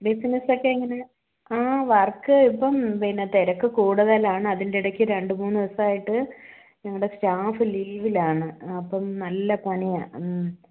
business ഒക്കെ എങ്ങനെ ആ വർക്ക് ഇപ്പം പിന്നെ തിരക്ക് കൂടുതലാണ് അതിൻ്റെ ഇടയ്ക്ക് രണ്ടുമൂന്ന് ദിവസമായിട്ട് ഞങ്ങളുടെ സ്റ്റാഫ് ലീവിലാണ് അപ്പം നല്ല പണിയാണ് മ്